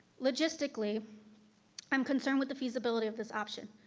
logistically i'm concerned with the feasibility of this option.